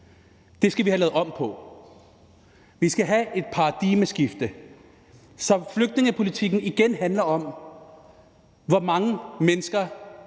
Det skal vi have lavet om på; vi skal have et paradigmeskifte, så flygtningepolitikken igen handler om, hvordan vi kan